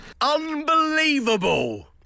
Unbelievable